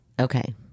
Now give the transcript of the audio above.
Okay